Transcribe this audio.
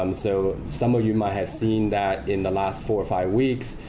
um so some of you might have seen that in the last four or five weeks,